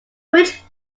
which